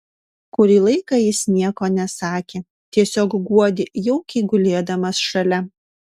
kurį laiką jis nieko nesakė tiesiog guodė jaukiai gulėdamas šalia